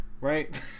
Right